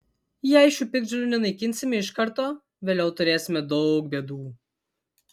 jei šių piktžolių nenaikinsime iš karto vėliau turėsime daug bėdų